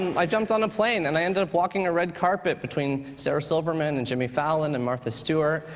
i jumped on a plane, and i ended up walking a red carpet between sarah silverman and jimmy fallon and martha stewart.